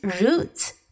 roots